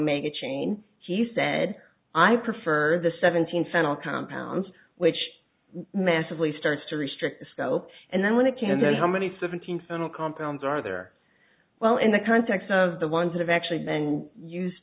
omega chain he said i prefer the seventeen final compounds which massively starts to restrict the scope and then when it can then how many seventeen final compounds are there well in the context of the ones who have actually been used